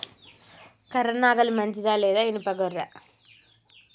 కర్ర నాగలి మంచిదా లేదా? ఇనుప గొర్ర?